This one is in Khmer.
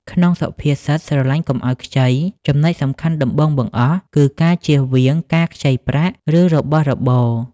ក្នុងសុភាសិត "ស្រឡាញ់កុំឲ្យខ្ចី" ចំណុចសំខាន់ដំបូងបង្អស់គឺការជៀសវាងការខ្ចីប្រាក់ ឬរបស់របរ។